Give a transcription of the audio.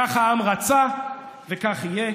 כך העם רצה וכך יהיה.